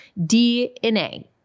DNA